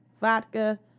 vodka